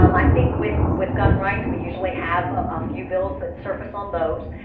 um i think with with gun rights, we usually have a few bills that surface on those.